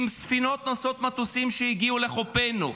עם ספינות נושאות מטוסים שהגיעו לחופינו,